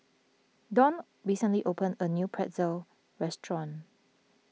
Dawn recently opened a new Pretzel restaurant